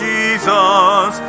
Jesus